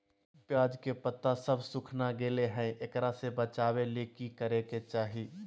प्याज के पत्ता सब सुखना गेलै हैं, एकरा से बचाबे ले की करेके चाही?